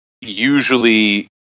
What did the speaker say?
usually